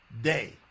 day